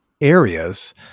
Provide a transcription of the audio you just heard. areas